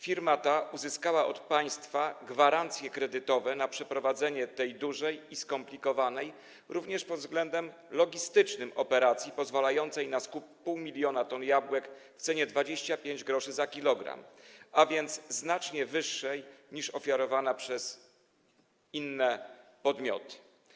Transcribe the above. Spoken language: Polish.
Firma ta uzyskała od państwa gwarancje kredytowe na przeprowadzenie tej dużej i skomplikowanej, również pod względem logistycznym, operacji pozwalającej na skup 0,5 mln t jabłek w cenie 25 gr za 1 kg, a więc znacznie wyższej niż oferowana przez inne podmioty.